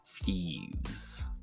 thieves